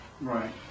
Right